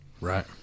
Right